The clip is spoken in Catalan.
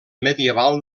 medieval